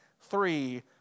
three